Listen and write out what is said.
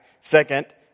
Second